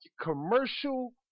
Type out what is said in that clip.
Commercial